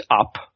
up